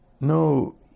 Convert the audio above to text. No